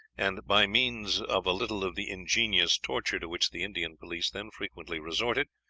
and by means of a little of the ingenious torture to which the indian police then frequently resorted,